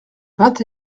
vingt